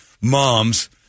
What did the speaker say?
mom's